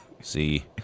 See